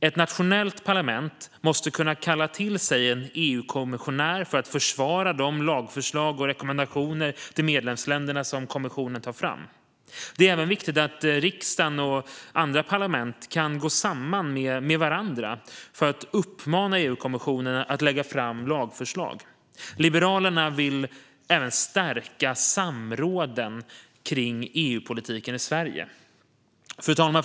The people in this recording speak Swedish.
Ett nationellt parlament måste kunna kalla till sig en EU-kommissionär att försvara de lagförslag och rekommendationer till medlemsländerna som kommissionen tar fram. Det är även viktigt att riksdagen och andra parlament kan gå samman med varandra för att kunna uppmana EU-kommissionen att lägga fram lagförslag. Liberalerna vill dessutom förstärka samråden kring EU-politiken i Sverige. Fru talman!